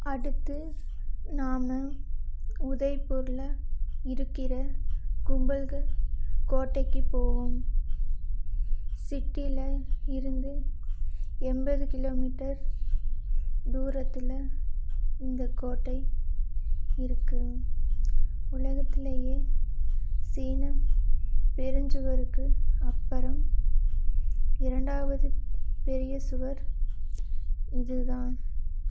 அடுத்து நாம் உதய்பூரில் இருக்கிற கும்பல்கர்க் கோட்டைக்கு போவோம் சிட்டியில் இருந்து எண்பது கிலோமீட்டர் தூரத்தில் இந்த கோட்டை இருக்குது உலகத்திலேயே சீனப் பெருஞ்சுவருக்கு அப்புறம் இரண்டாவது பெரிய சுவர் இது தான்